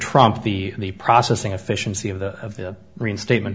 trump the processing efficiency of the reinstatement